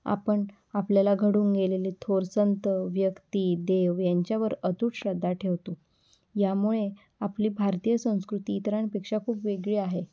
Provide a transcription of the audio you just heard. आपण आपल्याला घडून गेलेले थोर संतव्यक्ती देव यांच्यावर अतुट श्रद्धा ठेवतो यामुळे आपली भारतीय संस्कृती इतरांपेक्षा खूप वेगळी आहे